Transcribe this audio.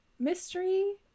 mystery